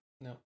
No